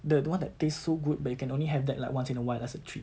the the one that tastes so good but you can only have that like once in a while as a treat